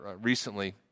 recently